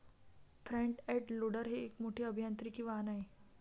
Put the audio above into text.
front end loader हे एक मोठे अभियांत्रिकी वाहन आहे